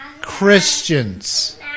Christians